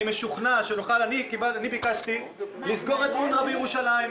אני ביקשתי לסגור את אונר"א בירושלים,